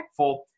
impactful